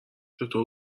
چطور